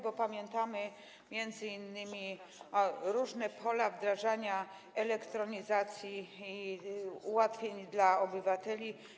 Bo pamiętamy m.in. różne pola wdrażania elektronizacji i ułatwień dla obywateli.